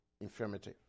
infirmity